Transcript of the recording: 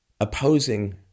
opposing